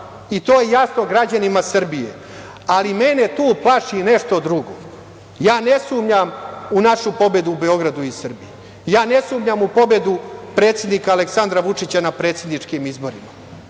i to je jasno građanima Srbije, ali mene tu plaši nešto drugo. Ja ne sumnjam u našu pobedu u Beogradu i Srbiji, ja ne sumnjam u pobedu predsednika Aleksandra Vučića na predsedničkim izborima,